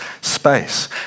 space